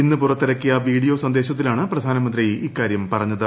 ഇന്ന് പുറത്തിറക്കിയ വീഡിയോ സന്ദേശത്തിലാണ് പ്രധാനമന്ത്രി ഇക്കാര്യം പറഞ്ഞത്